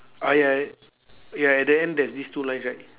ah ya ya at the end there's these two lines right